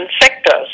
sectors